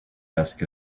ask